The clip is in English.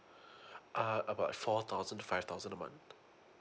uh about four thousand five thousand a month